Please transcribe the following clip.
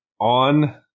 on